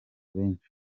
benshi